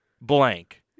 blank